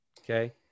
Okay